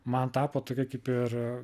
man tapo tokia kaip ir